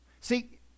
See